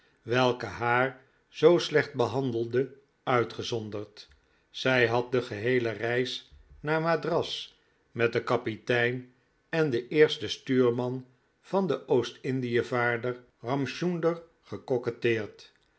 welke haar zoo slecht behandelde uitgezonderd zij had de geheele reis naar madras met den kapitein en den eersten stuurman van den oost indie vaarder ramchunder gecoquetteerd